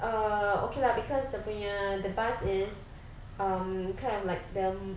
uh okay lah cause dia punya the bus is um kind of like the